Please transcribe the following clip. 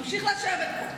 תמשיך לשבת פה.